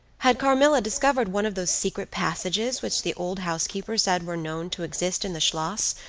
had carmilla discovered one of those secret passages which the old housekeeper said were known to exist in the schloss,